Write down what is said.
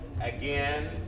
again